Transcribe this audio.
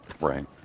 Right